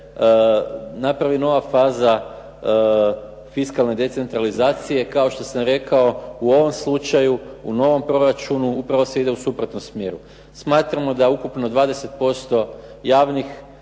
napravi nova faza fiskalne decentralizacije, kao što sam rekao u ovom slučaju u novom proračunu upravo se ide u suprotnom smjeru. Smatramo da ukupno 20% javnih